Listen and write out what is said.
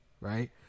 right